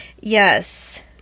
Yes